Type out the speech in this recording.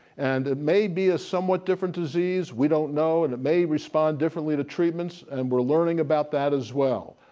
and it may be a somewhat different disease. we don't know. and it may respond differently to treatments. and we're learning about that as well.